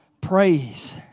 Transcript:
Praise